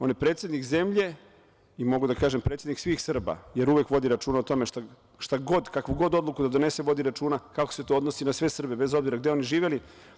On je predsednik zemlje i mogu da kažem predsednik svih Srba, jer uvek vodi računa o tome, šta god, kakvu god odluku da donese, vodi računa kako se to odnosi na sve Srbe bez obzira gde oni živeli.